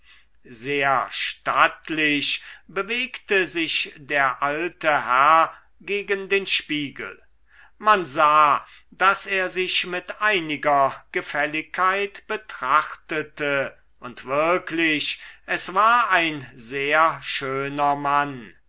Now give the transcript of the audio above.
sehr stattlich bewegte sich der alte herr gegen den spiegel man sah daß er sich mit einiger gefälligkeit betrachtete und wirklich es war ein sehr schöner mann